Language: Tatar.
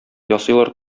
ясыйлар